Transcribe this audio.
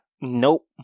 Nope